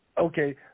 Okay